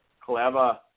Clever